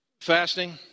Fasting